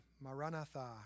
Maranatha